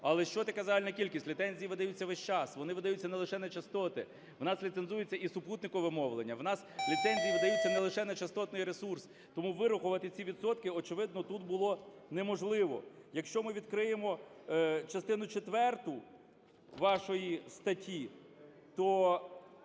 Але що таке загальна кількість? Ліцензії видаються весь час, вони видаються не лише на частоти, у нас ліцензується і супутникове мовлення, у нас ліцензії видаються не лише на частотний ресурс. Тому вирахувати ці відсотки, очевидно, тут було неможливо. Якщо ми відкриємо частину четверту вашої статті, то